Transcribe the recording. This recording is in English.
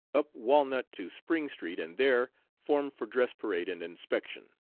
up walnut to spring street, and there formed for dress parade and inspection.